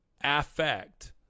affect